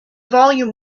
volume